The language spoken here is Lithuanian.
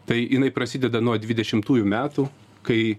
tai jinai prasideda nuo dvidešimtųjų metų kai